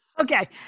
okay